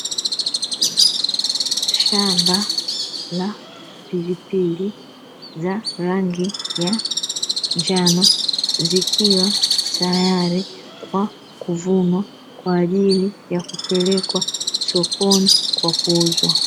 Shamba la pilipili za rangi ya njano, zikiwa tayari kwa kuvunwa kwa ajili ya kupelekwa sokoni kwa kuuzwa.